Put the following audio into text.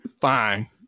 fine